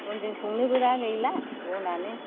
बनजों संनोबो दा गैला बनानो